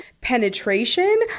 penetration